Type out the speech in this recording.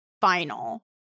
final